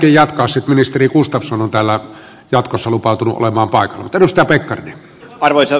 sitten ministeri gustafsson on täällä jatkossa lupautunut olemaan paikalla